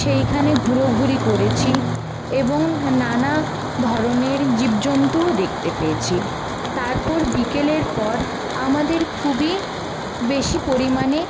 সেইখানে ঘোরাঘোরি করেছি এবং নানা ধরনের জীব জন্তুও দেখতে পেয়েছি তারপর বিকেলের পর আমাদের খুবই বেশি পরিমাণে